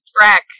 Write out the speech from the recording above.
track